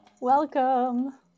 welcome